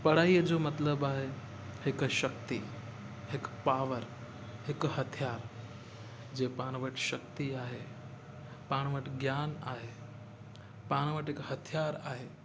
पढ़ाईअ जो मतिलब आहे हिक शक्ती हिक पावर हिक हथियार जे पाण वटि शक्ती आहे पाण वटि ज्ञान आहे पाण वटि हिकु हथियार आहे